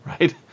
right